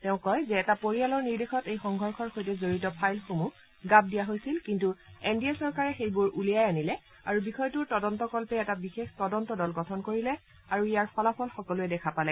তেওঁ কয় যে এটা পৰিয়ালৰ নিৰ্দেশত এই সংঘৰ্ষৰ সৈতে জড়িত ফাইলসমূহ গাপ দিয়া হৈছিল কিন্তু এন ডি এ চৰকাৰে সেইবোৰ উলিয়াই আনিলে আৰু বিষয়টোৰ তদন্তকল্পে এটা বিশেষ তদন্ত দল গঠন কৰিলে আৰু ইয়াৰ ফলাফল সকলোৱে দেখা পালে